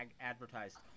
advertised